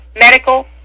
medical